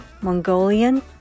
Mongolian